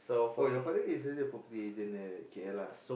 oh your father is actually a property agent there okay ya lah